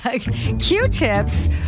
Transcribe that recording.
Q-tips